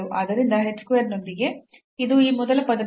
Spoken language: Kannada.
ಆದ್ದರಿಂದ h ಸ್ಕ್ವೇರ್ನೊಂದಿಗೆ ಇದು ಈ ಮೊದಲ ಪದದಿಂದ